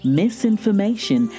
misinformation